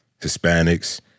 Hispanics